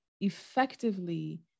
effectively